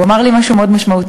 הוא אמר לי משהו מאוד משמעותי,